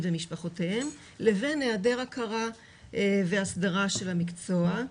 ומשפחותיהם לבין היעדר הכרה והסדרה של המקצוע.